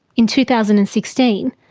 in two thousand and sixteen,